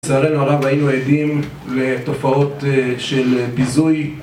לצערנו הרב היינו עדים לתופעות של ביזוי